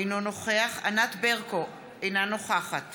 אינו נוכח ענת ברקו, אינה נוכחת